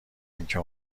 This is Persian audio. اینکه